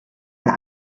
wer